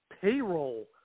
payroll